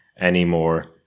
anymore